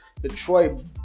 Detroit